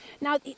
Now